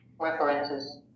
references